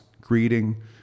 greeting